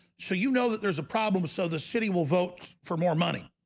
so you know that there's a problem so the city will vote for more money